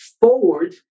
forward